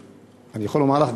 אני יכול לומר לך,